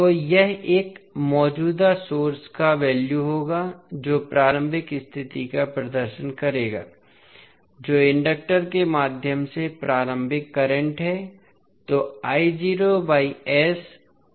तो यह एक मौजूदा सोर्स का वैल्यू होगा जो प्रारंभिक स्थिति का प्रदर्शन करेगा जो इंडक्टर के माध्यम से प्रारंभिक करंट है